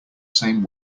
same